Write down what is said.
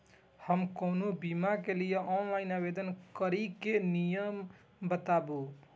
हम कोनो बीमा के लिए ऑनलाइन आवेदन करीके नियम बाताबू?